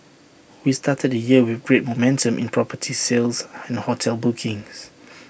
we started the year with great momentum in property sales and hotel bookings